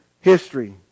history